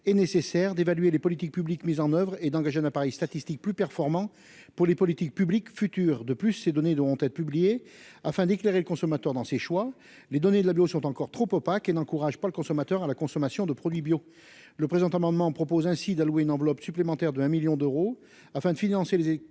et nécessaire d'évaluer les politiques publiques mises en oeuvre et d'engager un appareil statistique plus performant pour les politiques publiques, futur de plus ces données devront être publiés afin d'éclairer le consommateur dans ses choix les données de l'agglo sont encore trop opaque et n'encourage pas le consommateur à la consommation de produits bio, le présent amendement propose ainsi d'allouer une enveloppe supplémentaire de 1 1000000 d'euros afin de financer les